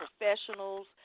professionals